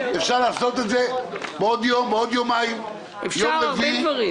אפשר לעשות את זה בעוד יום בעוד יומיים --- אפשר הרבה דברים,